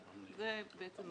זה בעצם מה --- אוקיי.